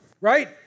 Right